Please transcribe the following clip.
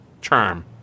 charm